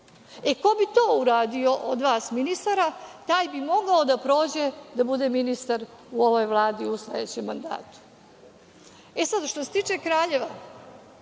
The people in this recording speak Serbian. Ko bi to uradio od vas ministara taj bi mogao da prođe da bude ministar u ovoj Vladi u sledećem mandatu. Što se tiče Kraljeva,